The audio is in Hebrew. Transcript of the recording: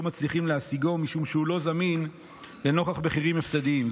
לא מצליחים להשיגו משום שהוא לא זמין לנוכח מחירים הפסדיים.